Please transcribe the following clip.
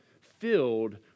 filled